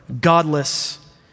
godless